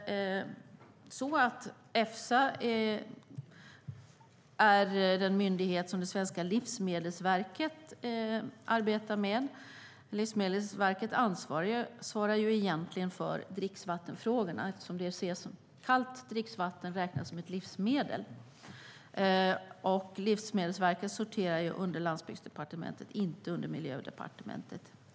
Efsa är den myndighet som svenska Livsmedelsverket arbetar med. Det är Livsmedelsverket som egentligen ansvarar för dricksvattenfrågorna eftersom kallt dricksvatten räknas som ett livsmedel. Livsmedelsverket sorterar under Landsbygdsdepartementet, inte under Miljödepartementet.